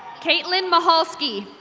kaitlin mahulsky.